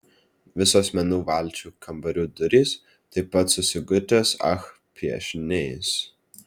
visos menų valčių kambarių durys taip pat su sigutės ach piešiniais